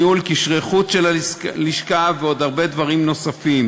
ניהול קשרי חוץ של הלשכה ועוד הרבה דברים נוספים.